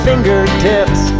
Fingertips